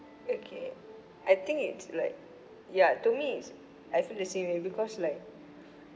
okay I think it's like ya to me it's I feel the same eh because like